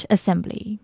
Assembly